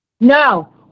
No